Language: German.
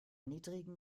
niedrigen